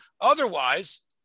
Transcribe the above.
otherwise